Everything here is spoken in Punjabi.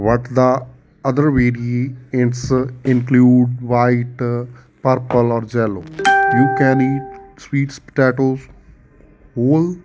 but the other veggies include white purple or yellow you can eat sweets potato hole